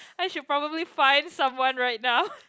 I should probably find someone right now